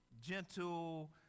gentle